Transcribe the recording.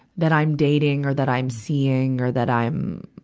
that i'm dating or that i'm seeing or that i'm,